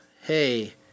Hey